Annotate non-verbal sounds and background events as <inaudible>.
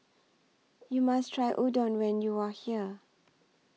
<noise> YOU must Try Udon when YOU Are here